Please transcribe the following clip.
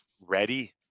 ready